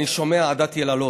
אני שומע עדת יללות,